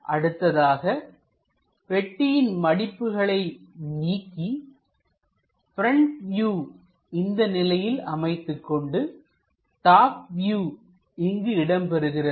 அடுத்ததாக பெட்டியின் மடிப்புகளை நீக்கி பிரண்ட் வியூ இந்தநிலையில் அமைத்துக்கொண்டுடாப் வியூ இங்கு இடம்பெறுகிறது